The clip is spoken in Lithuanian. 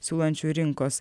siūlančių rinkos